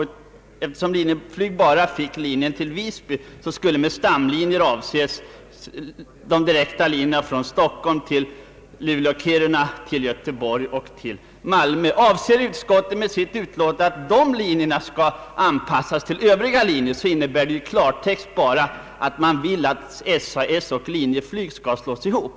Eftersom Linjeflyg bara fick linjen till Visby, skulle med stamlinjer avses de direkta linjerna från Stockholm till Luleå—Kiruna, till Göteborg och till Malmö. Avser utskottet med sitt utlåtande att dessa linjer skall anpassas till övriga linjer, så innebär det ju i klartext bara att man vill att SAS och Linjeflyg skall slås ihop.